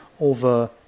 over